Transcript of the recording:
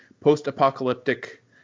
post-apocalyptic